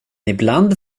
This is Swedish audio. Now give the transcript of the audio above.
ibland